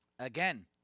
Again